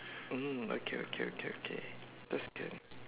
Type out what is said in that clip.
mm okay okay okay okay that's good